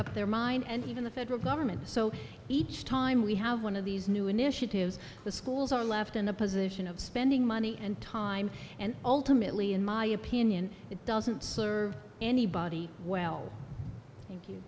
up their mind and even the federal government so each time we have one of these new initiatives the schools are left in a position of spending money and time and ultimately in my opinion it doesn't serve anybody well thank you